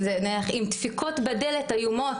עם דפיקות בדלת איומות,